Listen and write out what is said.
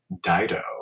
Dido